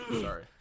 Sorry